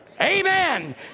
Amen